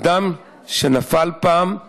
אדם שנפל פעם,